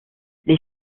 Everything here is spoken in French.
les